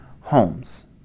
homes